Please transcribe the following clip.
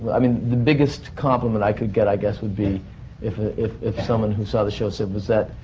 i mean, the biggest compliment i could get, i guess, would be if. ah if. if someone who saw the show said was that.